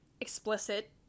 Explicit